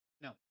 No